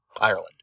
Ireland